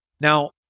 Now